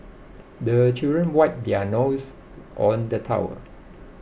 the children wipe their noses on the towel